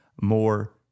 more